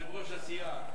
יושב-ראש הסיעה.